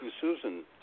Susan